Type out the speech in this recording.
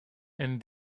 and